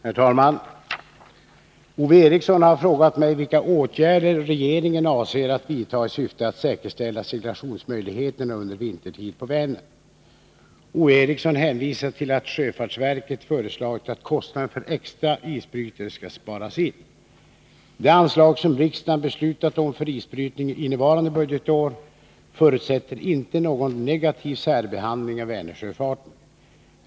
Herr talman! Ove Eriksson har frågat mig vilka åtgärder regeringen avser att vidta i syfte att säkerställa seglationsmöjligheterna under vintertid på Vänern. Ove Eriksson hänvisar till att sjöfartsverket föreslagit att kostnaden för extra isbrytare skall sparas in. Det anslag som riksdagen beslutat om för isbrytningen innevarande budgetår förutsätter inte någon negativ särbehandling av Vänersjöfarten.